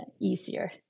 easier